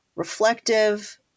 reflective